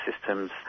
systems